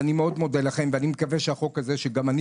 אני מאוד מודה לכם ומקווה שהחוק הזה שגם אני